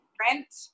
rent